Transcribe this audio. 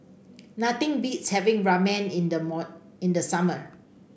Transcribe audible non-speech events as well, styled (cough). nothing beats having Ramen in the (unintelligible) in the summer